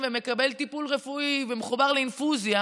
ומקבל טיפול רפואי ומחובר לאינפוזיה,